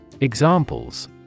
Examples